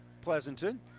Pleasanton